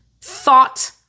thought